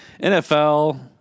NFL